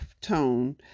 tone